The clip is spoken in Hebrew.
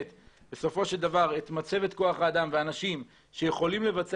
כשבסופו של דבר יש מצבת כוח האדם ואנשים שיכולים לבצע